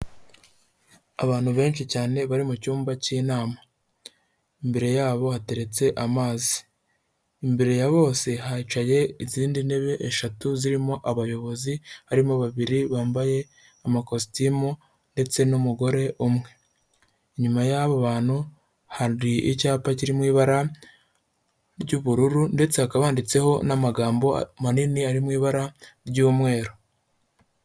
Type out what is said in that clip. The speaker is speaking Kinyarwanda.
Abantu benshi cyane bari mu cyumba cy'inama. Imbere yabo hateretse amazi. Imbere ya bose hicaye izindi ntebe eshatu zirimo abayobozi, harimo babiri bambaye amakositimu ndetse n'umugore umwe. Inyuma y'abo bantu hari icyapa kiriri mu ibara ry'ubururu ndetse hakaba handitseho n'amagambo manini ari mu ibara ry'umweru.